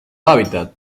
hábitat